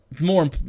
more